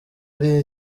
ari